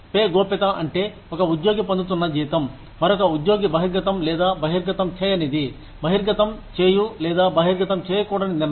pay గోప్యత అంటే ఒక ఉద్యోగి పొందుతున్న జీతం మరొక ఉద్యోగి బహిర్గతం లేదా బహిర్గతం చేయనిది బహిర్గతం చేయు లేదా బహిర్గతం చేయకూడని నిర్ణయం